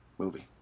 movie